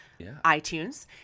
iTunes